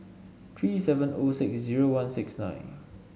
three seven O six zero one six nine